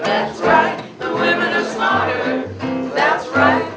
that's right that's right